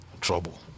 trouble